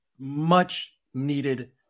Much-needed